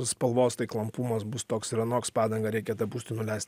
spalvos tai klampumas bus toks ir anoks padangą reikia dapūsti nuleist